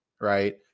Right